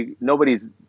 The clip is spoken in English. nobody's